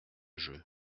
jeu